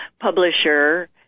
publisher